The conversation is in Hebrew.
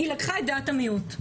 היא לקחה את דעת המיעוט.